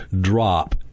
drop